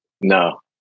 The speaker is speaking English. No